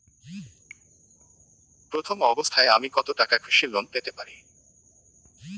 প্রথম অবস্থায় আমি কত টাকা কৃষি লোন পেতে পারি?